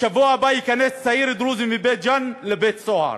בשבוע הבא ייכנס צעיר דרוזי מבית-ג'ן לבית-סוהר,